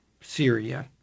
Syria